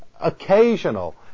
occasional